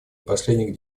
последних